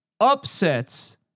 upsets